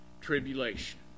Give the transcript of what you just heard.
tribulation